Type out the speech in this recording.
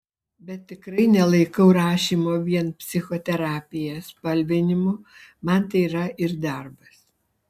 bet tikrai nelaikau rašymo vien psichoterapija spalvinimu man tai yra ir darbas